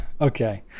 Okay